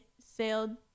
sailed